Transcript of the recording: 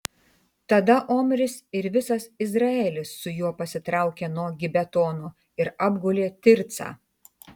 tada omris ir visas izraelis su juo pasitraukė nuo gibetono ir apgulė tircą